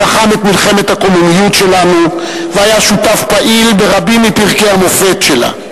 הוא לחם את מלחמת הקוממיות שלנו והיה שותף פעיל ברבים מפרקי המופת שלה.